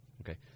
Okay